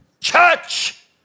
Church